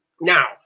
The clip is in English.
Now